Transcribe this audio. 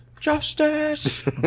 justice